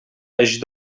agit